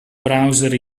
browser